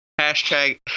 Hashtag